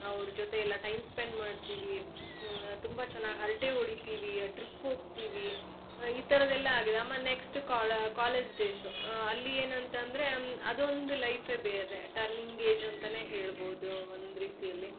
ಅವ್ರ ಜೊತೆ ಎಲ್ಲ ಟೈಮ್ ಸ್ಪೆಂಡ್ ಮಾಡ್ತೀವಿ ತುಂಬ ಚೆನ್ನಾಗ್ ಹರಟೆ ಹೊಡಿತೀವಿ ಟ್ರಿಪ್ ಹೋಗ್ತೀವಿ ಈ ಥರದೆಲ್ಲ ಆಗಿದೆ ಆಮೇಲೆ ನೆಕ್ಸ್ಟು ಕ್ವಾಲ ಕಾಲೇಜ್ ಡೇಶು ಅಲ್ಲಿ ಏನು ಅಂತ ಅಂದರೆ ಅದೊಂದು ಲೈಫೇ ಬೇರೆ ಟರ್ನಿಂಗ್ ಏಜು ಅಂತಾನೇ ಹೇಳ್ಬೋದು ಒಂದು ರೀತಿಯಲ್ಲಿ